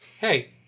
Hey